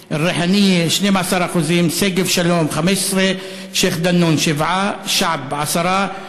12%; ריחנייה, 12%; שגב-שלום, 15%; שיח'-דנון,